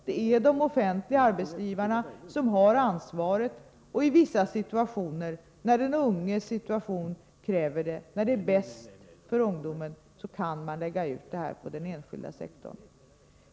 Det är de offentliga arbetsgivarna som har ansvaret. I vissa fall, när den unges situation kräver det och när det är bäst för den unge, kan man lägga ut det på den enskilda sektorn.